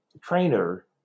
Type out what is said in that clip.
trainer